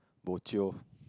bo-jio